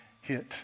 hit